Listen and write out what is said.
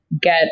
get